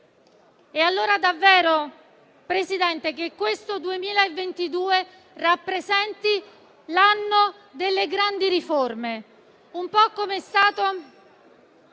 Allora davvero, Presidente, spero che questo 2022 rappresenti l'anno delle grandi riforme, un po' come è stato